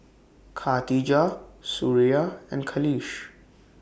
Khatijah Suria and Khalish